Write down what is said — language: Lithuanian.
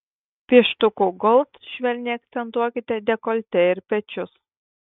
pieštuku gold švelniai akcentuokite dekoltė ir pečius